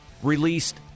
released